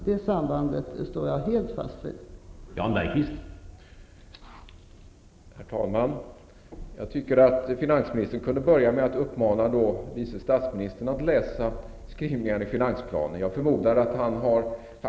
Det sambandet står jag helt fast kvar vid.